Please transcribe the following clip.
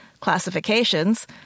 classifications